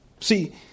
See